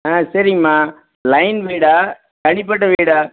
ஆ சரிங்கம்மா லைன் வீடா தனிப்பட்ட வீடா